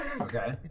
Okay